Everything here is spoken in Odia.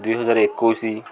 ଦୁଇ ହଜାର ଏକୋଇଶି